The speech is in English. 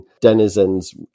denizens